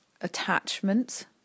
attachments